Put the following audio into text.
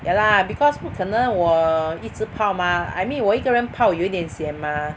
ya lah because 不可能我一直泡 mah I mean 我一个人泡有点 sian mah